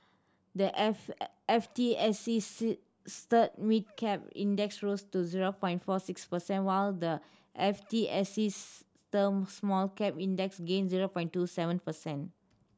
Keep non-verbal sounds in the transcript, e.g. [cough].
the [unintelligible] F T S E [unintelligible] Mid Cap Index rose to zero by four six percent while the F T S E [unintelligible] Small Cap Index gained zero by two seven percent